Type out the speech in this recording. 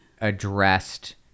addressed